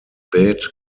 bed